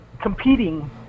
competing